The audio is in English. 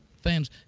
fans